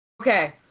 Okay